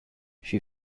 she